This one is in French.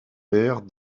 mère